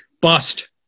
bust